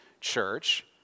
church